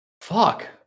fuck